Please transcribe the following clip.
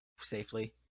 safely